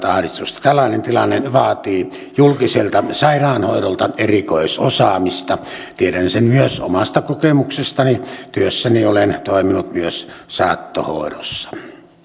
ahdistusta tällainen tilanne vaatii julkiselta sairaanhoidolta erikoisosaamista tiedän sen myös omasta kokemuksestani työssäni olen toiminut myös saattohoidossa